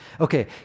Okay